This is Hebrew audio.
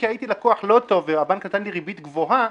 אם הייתי לקוח לא טוב והבנק נתן לי ריבית גבוהה,